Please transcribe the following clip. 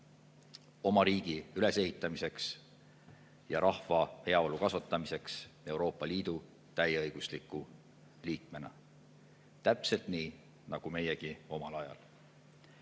oma riigi ülesehitamiseks ja rahva heaolu kasvatamiseks Euroopa Liidu täieõigusliku liikmena, täpselt nii nagu meiegi omal ajal.